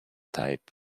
type